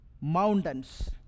mountains